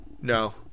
No